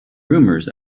rumors